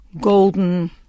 golden